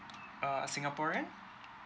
uh a singaporean